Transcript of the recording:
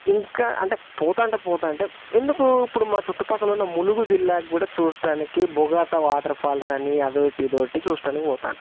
ఇంకా అంటే పోతాంటే పోతాంటే ఎందుకు ఇప్పుడు మా చుట్టుపక్కల ఉన్న ములుగు జిల్లాకి కూడా చూడటానికి బొగత వాటర్ఫాల్స్ అదోటి ఇదోటి చూడటానికి పోతారు